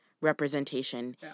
representation